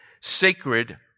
sacred